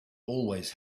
always